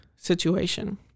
situation